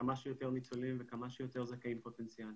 לכמה שיותר ניצולים וכמה שיותר זכאים פוטנציאליים.